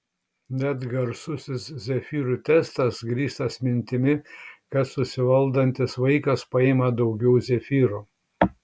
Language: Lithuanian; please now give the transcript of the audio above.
net garsusis zefyrų testas grįstas mintimi kad susivaldantis vaikas paima daugiau zefyrų